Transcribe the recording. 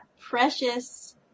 precious